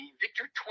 Victor